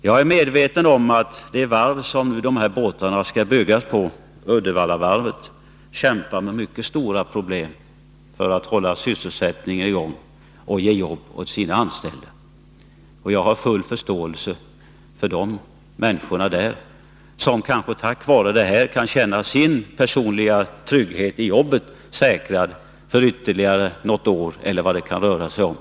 Jag är medveten om att det varv som nu skall använda de 125 miljonerna, Uddevallavarvet, kämpar med mycket stora problem för att hålla sysselsättningen i gång och ge jobb åt sina anställda. Jag har full förståelse för glädjen bland människorna där, som tack vare denna order kan känna sin personliga trygghet i jobbet säkrad ytterligare ett år, eller vilken tid det nu kan röra sig om.